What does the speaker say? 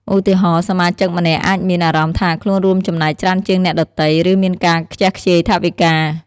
ឧទាហរណ៍ សមាជិកម្នាក់អាចមានអារម្មណ៍ថាខ្លួនរួមចំណែកច្រើនជាងអ្នកដទៃ ឬមានការខ្ជះខ្ជាយថវិកា។